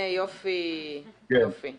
23